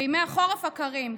בימי החורף הקרים,